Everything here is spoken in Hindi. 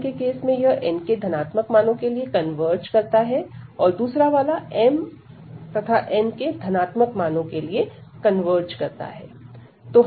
n के केस में यह n के धनात्मक मानो के लिए कन्वर्ज करता है और दूसरा वाला mn के धनात्मक मानो के लिए कन्वर्ज करता है